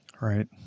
Right